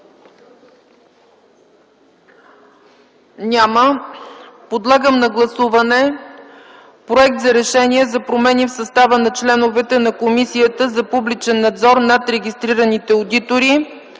Няма. Подлагам на гласуване проект за Решение за промени в състава на членовете на Комисията за публичен надзор над регистрираните одитори